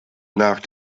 nach